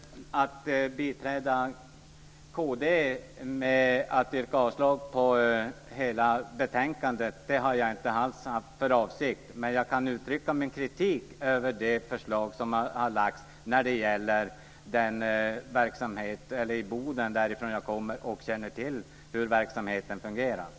Fru talman! Att biträda kd genom att yrka avslag på hela betänkandet har jag inte alls haft för avsikt att göra, men jag kan uttrycka min kritik över det förslag som har lagts fram när det gäller verksamheten i Boden. Jag kommer från Boden och känner till hur verksamheten fungerar där.